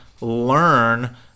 learn –